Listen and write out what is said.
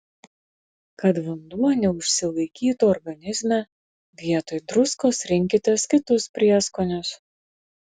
kad vanduo neužsilaikytų organizme vietoj druskos rinkitės kitus prieskonius